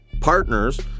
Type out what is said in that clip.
partners